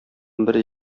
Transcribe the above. бер